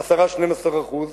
10% 12%,